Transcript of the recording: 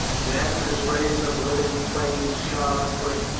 then, as rays of living flame shot upward,